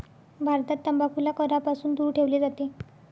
भारतात तंबाखूला करापासून दूर ठेवले जाते